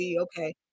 okay